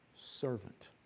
servant